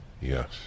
Yes